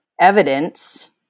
evidence